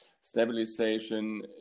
stabilization